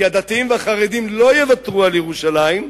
כי הדתיים והחרדים לא יוותרו על ירושלים.